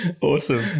Awesome